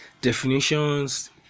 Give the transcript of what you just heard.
definitions